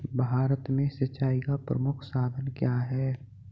भारत में सिंचाई का प्रमुख साधन क्या है?